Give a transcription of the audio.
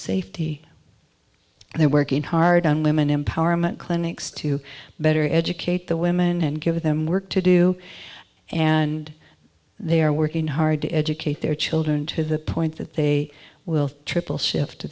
safety they're working hard on women empowerment clinics to better educate the women and give them work to do and they are working hard to educate their children to the point that they will triple shift to